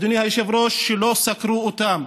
אדוני היושב-ראש, שלא סקרו אותם,